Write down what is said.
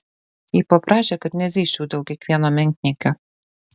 ji paprašė kad nezyzčiau dėl kiekvieno menkniekio